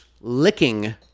licking